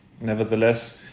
nevertheless